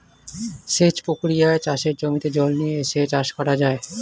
সেচ প্রক্রিয়ায় চাষের জমিতে জল নিয়ে এসে চাষ করা যায়